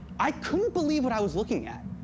i couldn't believe what i was looking at.